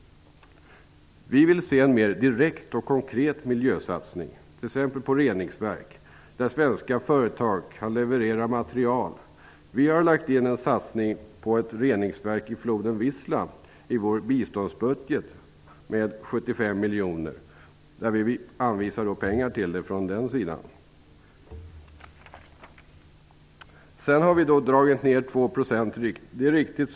Vi vill se en mer direkt och konkret miljösatsning på reningsverk, där svenska företag kan leverera materiel. Vi i Ny demokrati har föreslagit en satsning på ett reningsverk i floden Wisla med 75 miljoner i vår biståndsbudget. Vi anvisar alltså pengar till detta från biståndet. Det Jan Jennehag säger är riktigt.